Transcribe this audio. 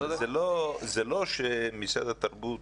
זה לא שמשרד התרבות